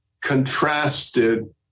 contrasted